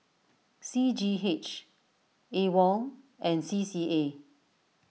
C G H Awol and C C A